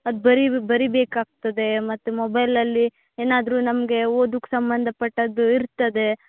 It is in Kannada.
ಅದು ಬರಿ ಬರಿಬೇಕು ಆಗ್ತದೆ ಮತ್ತೆ ಮೊಬೈಲಲ್ಲಿ ಏನಾದರು ನಮಗೆ ಓದುಕ್ಕೆ ಸಂಬಂಧಪಟ್ಟದ್ದು ಇರ್ತದೆ